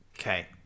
okay